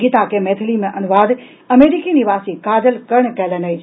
गीता के मैथिली मे अनुवाद अमेरिकी निवासी काजल कर्ण कयलनि अछि